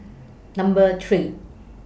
Number three